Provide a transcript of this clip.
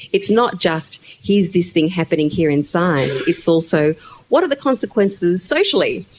it's not just here's this thing happening here in science, it's also what are the consequences socially,